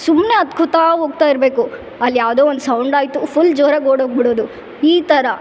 ಸುಮ್ನೆ ಹತ್ಕೊತಾ ಹೋಗ್ತಾ ಇರಬೇಕು ಅಲ್ಲಿ ಯಾವುದೋ ಒಂದು ಸೌಂಡ್ ಆಯಿತು ಫುಲ್ ಜೋರಾಗಿ ಓಡೋಗಿ ಬಿಡೋದು ಈ ಥರ